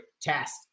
test